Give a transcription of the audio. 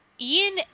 Ian